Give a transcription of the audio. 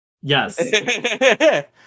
Yes